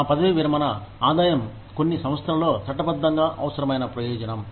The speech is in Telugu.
మా పదవీ విరమణ ఆదాయం కొన్ని సంస్థలలో చట్టబద్దంగా అవసరమైన ప్రయోజనం